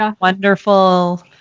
wonderful